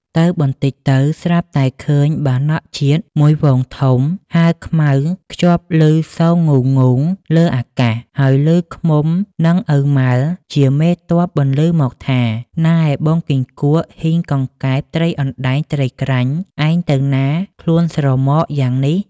ទៅបន្តិចទៅ ស្រាប់តែឃើញបាណក ជាតិមួយហ្វូងធំ ហើរខ្មៅ ខ្ជាប់ឮសូរងូងៗលើអាកាស ហើយឮឃ្មុំនឹងឪម៉ាល់ជាម ទ័ព បន្លឺមកថា “ នែបងគីង្គក់ ហ៊ីង កង្កែប ត្រីអណ្តែង ត្រីក្រាញ់ ឯងទៅណាខ្លួនស្រមកយ៉ាងនេះ ? ” ។